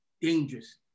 Dangerous